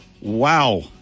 Wow